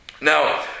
Now